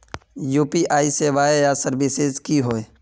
UPI सेवाएँ या services की होय?